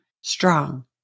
strong